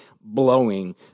blowing